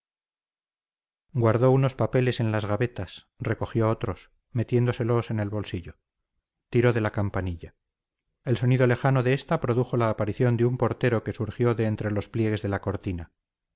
guardó unos pasteles en las gavetas recogió otros metiéndoselos en el bolsillo tiró de la campanilla el sonido lejano de esta produjo la aparición de un portero que surgió de entre los pliegues de la cortina